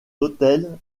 hôtel